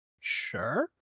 sure